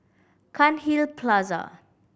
Cairnhill Plaza